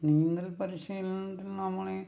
നീന്തൽ പരിശീലനത്തിൽ നമ്മള്